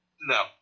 No